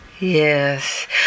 Yes